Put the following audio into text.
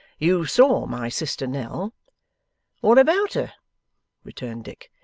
you saw my sister nell what about her returned dick.